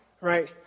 Right